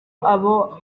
abo